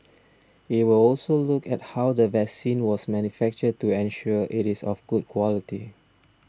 it will also look at how the vaccine was manufactured to ensure it is of good quality